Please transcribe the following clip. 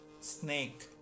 snake